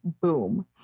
boom